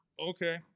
Okay